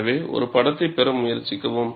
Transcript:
எனவேஒரு படத்தைப் பெற முயற்சிக்கவும்